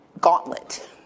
gauntlet